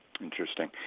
Interesting